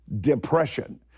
Depression